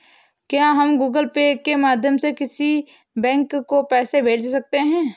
क्या हम Google Pay के माध्यम से किसी बैंक को पैसे भेज सकते हैं?